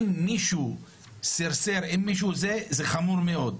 אם מישהו סרסר עם מישהו זה, זה חמור מאוד,